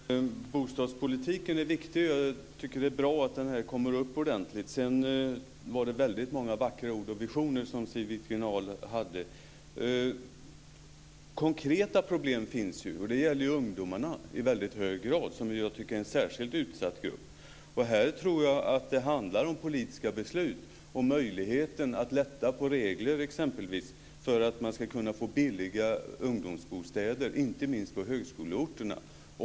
Herr talman! Bostadspolitiken är viktig. Jag tycker att det är bra att den diskuteras ordentligt. Sedan var det många vackra ord och visioner som Siw Wittgren-Ahl hade. Det finns ju konkreta problem och de gäller ungdomarna i väldigt hög grad. De är en särskilt utsatt grupp. Här handlar det om politiska beslut och om möjligheten att lätta på regler för att man ska kunna få billiga ungdomsbostäder, inte minst på högskoleorterna.